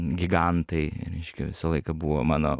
gigantai reiškia visą laiką buvo mano